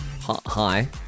Hi